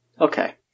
Okay